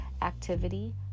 Activity